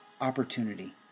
opportunity